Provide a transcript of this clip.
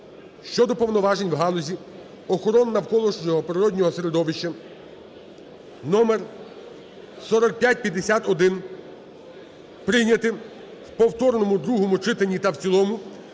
(щодо повноважень в галузі охорони навколишнього природного середовища) (№ 4551) прийняти у повторному другому читанні та в цілому